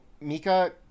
Mika